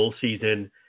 season